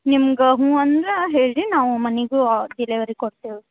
ನಿಮ್ಗೆ ಹ್ಞೂ ಅಂದರೆ ಹೇಳಿ ನಾವು ಮನಿಗೆ ಡೆಲೆವರಿ ಕೊಡ್ತೀವಿ